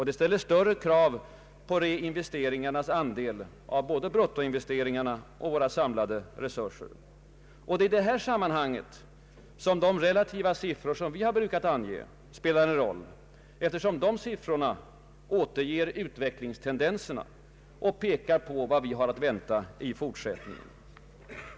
Det ställer större krav på reinvesteringarnas andel av både bruttoinvesteringarna och våra samlade resurser. Det är i detta sammanhang som de relativa siffror vi har brukat ange spelar en roll, eftersom de återger utvecklingstendenserna och pekar på vad vi har att vänta i fortsättningen.